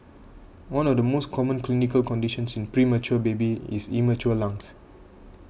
one of the most common clinical conditions in premature babies is immature lungs